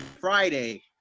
Friday